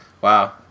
Wow